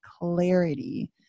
clarity